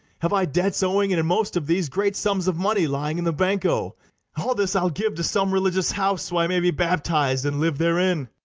have i debts owing and, in most of these, great sums of money lying in the banco all this i'll give to some religious house, so i may be baptiz'd, and live therein.